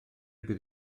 bydd